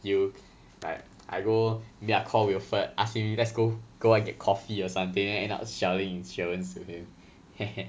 you like I go then I call wilfred ask him let's go go out get coffee or something then end up selling insurance to him